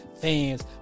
fans